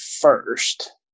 first